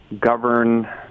govern